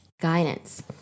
guidance